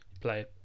play